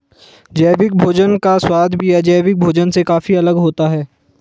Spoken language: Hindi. जैविक भोजन का स्वाद भी अजैविक भोजन से काफी अलग होता है